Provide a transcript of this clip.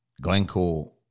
Glencore